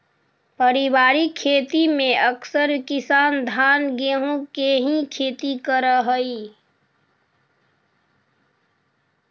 पारिवारिक खेती में अकसर किसान धान गेहूँ के ही खेती करऽ हइ